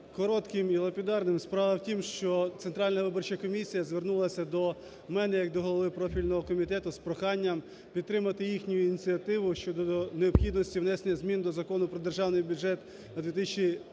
коротким і лапідарним. Справа в тім, що Центральна виборча комісія звернулася до мене як до голови профільного комітету з проханням підтримати їхню ініціативу щодо необхідності внесення змін до Закону України про Державний бюджет на 2017